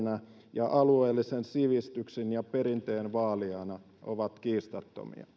ja alueellisen sivistyksen ja perinteen vaalijana on kiistaton